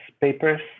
papers